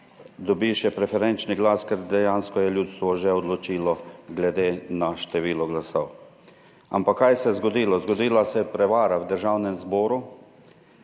dobi še preferenčni glas, ker dejansko je ljudstvo že odločilo glede na število glasov. Ampak kaj se je zgodilo? Zgodila se je prevara v Državnem zboru,